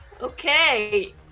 Okay